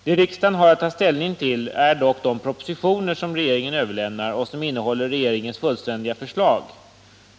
Det riksdagen har att ta ställning till är dock de propositioner som regeringen överlämnar och som innehåller regeringens fullständiga förslag.